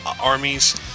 armies